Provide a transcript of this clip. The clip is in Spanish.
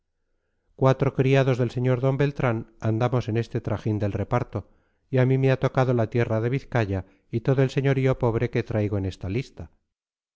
cuatro criados del sr d beltrán andamos en este trajín del reparto y a mí me ha tocado la tierra de vizcaya y todo el señorío pobre que traigo en esta lista